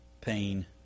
pain